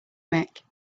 mick